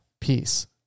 Peace